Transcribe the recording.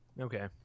okay